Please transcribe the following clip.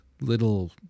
little